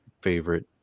favorite